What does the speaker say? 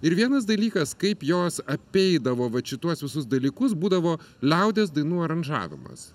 ir vienas dalykas kaip jos apeidavo vat šituos visus dalykus būdavo liaudies dainų aranžavimas